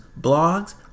blogs